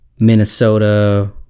Minnesota